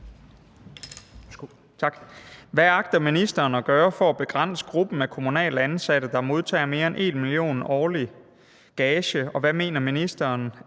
Hvad agter ministeren at gøre for at begrænse gruppen af kommunalt ansatte, der modtager mere end 1 mio. kr. i årlig gage, og mener ministeren,